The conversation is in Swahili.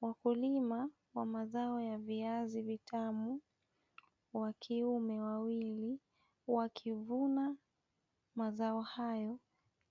Wakulima wa mazao ya viazi vitamu, wa kiume wawili, wakivuna mazao hayo